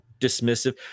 dismissive